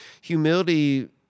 Humility